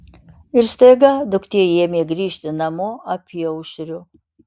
ir staiga duktė ėmė grįžti namo apyaušriu